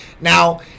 Now